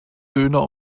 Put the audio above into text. döner